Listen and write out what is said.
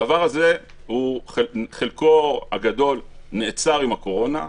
הדבר הזה, חלקו הגדול נעצר עם הקורונה.